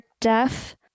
deaf